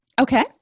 Okay